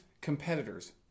competitors